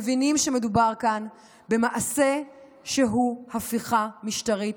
מבינים שמדובר כאן במעשה שהוא הפיכה משטרית,